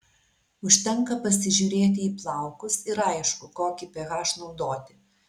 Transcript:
užtenka pasižiūrėti į plaukus ir aišku kokį ph naudoti